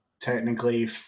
technically